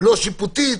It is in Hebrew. לא שיפוטית,